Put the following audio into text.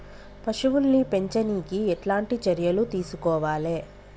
పశువుల్ని పెంచనీకి ఎట్లాంటి చర్యలు తీసుకోవాలే?